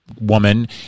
woman